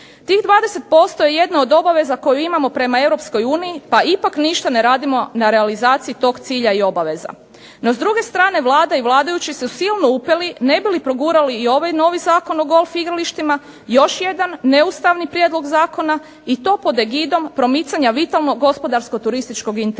Tih 20% je jedna od obaveza koju imamo prema Europskoj uniji pa ipak ništa ne radimo na realizaciji tog cilja i obaveza. NO, s druge strane Vlada i vladajući su silno uprijeli ne bi li progurali ovaj novi Zakon o golf igralištima još jedan neustavni prijedlog zakona i to pod egidom promicanja vitalno gospodarsko turističkog interesa.